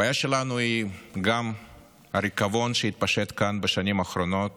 הבעיה שלנו היא גם הריקבון שהתפשט כאן בשנים האחרונות